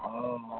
ও